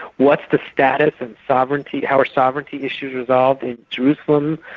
what's the status and sovereignty, how are sovereignty issues resolved with jerusalem?